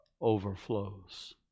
overflows